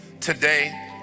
today